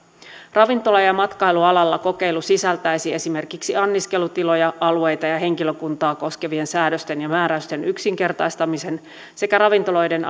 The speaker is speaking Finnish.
ravintola ja matkailualalla kokeilu sisältäisi esimerkiksi anniskelutiloja alueita ja henkilökuntaa koskevien säädösten ja määräysten yksinkertaistamisen sekä ravintoloiden